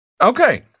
Okay